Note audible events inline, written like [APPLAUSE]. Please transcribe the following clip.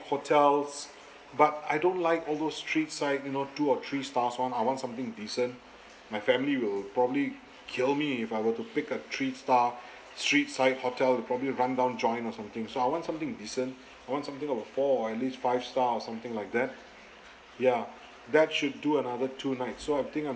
hotels but I don't like all those streets side you know two or three stars one I want something decent my family will probably kill me if I were to pick a three star [BREATH] street side hotel a probably rundown joint or something so I want something decent I want something of a four or at least five star or something like that ya that should do another two nights so I think I'm